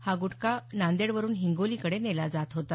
हा गुटखा नांदेडवरुन हिंगोलीकडे नेला जात होता